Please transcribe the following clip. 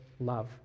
love